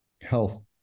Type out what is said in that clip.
health